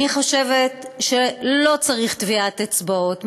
אני חושבת שלא צריך טביעת אצבעות,